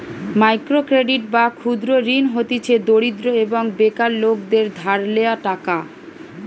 micro credit বা ক্ষুদ্র ঋণ হতিছে দরিদ্র এবং বেকার লোকদের ধার লেওয়া টাকা